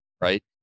right